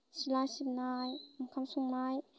सिथ्ला सिबनाय ओंखाम संनाय